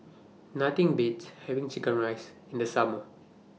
Nothing Beats having Chicken Rice in The Summer